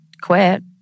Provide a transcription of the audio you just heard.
quit